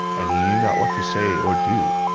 and he knew not what to say or do.